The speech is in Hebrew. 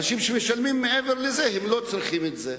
אנשים שמשלמים מעבר לזה לא צריכים את זה.